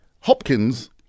Hopkins